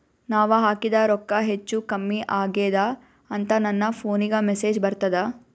ನಾವ ಹಾಕಿದ ರೊಕ್ಕ ಹೆಚ್ಚು, ಕಮ್ಮಿ ಆಗೆದ ಅಂತ ನನ ಫೋನಿಗ ಮೆಸೇಜ್ ಬರ್ತದ?